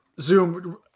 Zoom